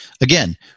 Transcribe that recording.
again